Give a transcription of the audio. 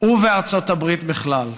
ובארצות הברית בכלל.